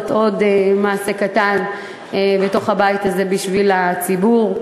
עוד מעשה קטן בתוך הבית הזה בשביל הציבור.